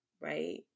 right